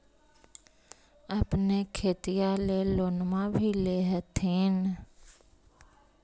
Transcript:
अपने खेतिया ले लोनमा भी ले होत्थिन?